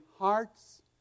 hearts